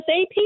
AP